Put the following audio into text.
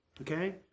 okay